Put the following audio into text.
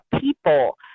people